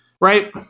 Right